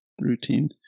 routine